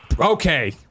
Okay